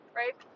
right